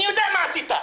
אני יודע מה עשית.